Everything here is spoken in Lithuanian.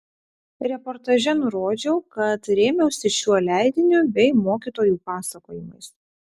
reportaže nurodžiau kad rėmiausi šiuo leidiniu bei mokytojų pasakojimais